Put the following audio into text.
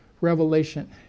Revelation